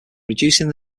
reducing